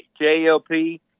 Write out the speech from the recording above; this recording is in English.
JLP